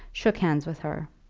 shook hands with her.